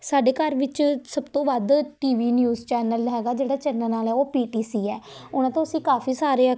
ਸਾਡੇ ਘਰ ਵਿੱਚ ਸਭ ਤੋਂ ਵੱਧ ਟੀ ਵੀ ਨਿਊਜ਼ ਚੈਨਲ ਹੈਗਾ ਜਿਹੜਾ ਚੱਲਣ ਵਾਲਾ ਉਹ ਪੀ ਟੀ ਸੀ ਹੈ ਉਹਨਾਂ ਤੋਂ ਅਸੀਂ ਕਾਫੀ ਸਾਰੇ